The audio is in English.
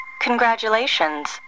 Congratulations